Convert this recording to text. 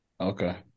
okay